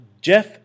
Jeff